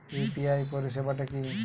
UPI পরিসেবাটা কি?